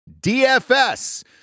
DFS